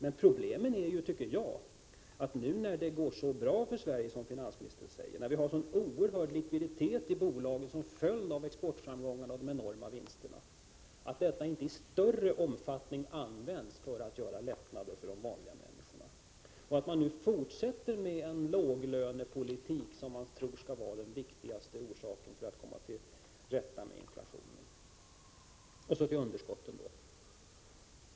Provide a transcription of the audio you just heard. Men problemet är ju, tycker jag, nu när det går så bra för Sverige som finansministern säger, när det finns en sådan oerhörd likviditet i bolagen som följd av exportframgångarna och de enorma vinsterna, att detta inte i större utsträckning används till att åstadkomma lättnader för de vanliga människorna och att man fortsätter med en låglönepolitik som man tror skall vara bästa sättet att komma till rätta med inflationen. Så till underskotten då.